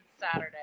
Saturday